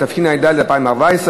התשע"ד 2014,